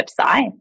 website